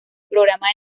programa